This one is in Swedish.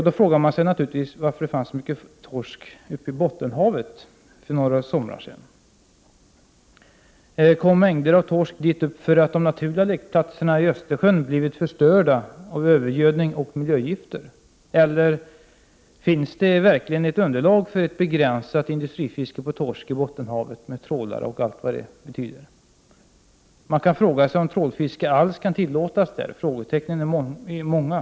Då frågar man sig naturligtvis varför det för några somrar sedan fanns så mycket torsk i Bottenhavet. Kom det mängder av torsk dit upp för att de naturliga lekplatserna i Östersjön blivit förstörda av övergödning och miljögifter eller finns det verkligen ett underlag för ett begränsat industrifiske av torsk i Bottenhavet med trålare och allt vad det innebär? Skall man alls tillåta trålfiske i Bottenhavet? Frågetecknen är många.